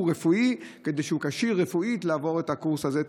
רפואי שהוא כשיר רפואית לעבור את הקורס הזה,